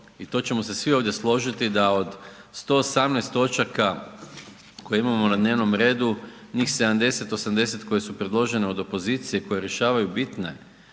i to ćemo se svi ovdje složiti da od 118 točaka koje imamo na dnevnom redu, njih 70, 80 koje su predložene od opozicije koje rješavaju bitne